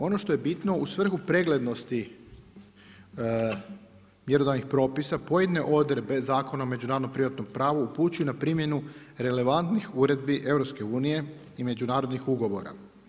Ono što je bitno u svrhu preglednosti mjerodavnih propisa pojedine odredbe Zakona o međunarodnom privatnom pravu upućuju na primjenu relevantnih uredbi EU i međunarodnih ugovora.